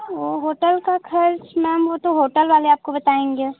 वह होटल का खर्च मैम वह तो होटल वाले आपको बताएँगे